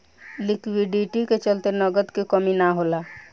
liquidity के चलते नगद के कमी ना होला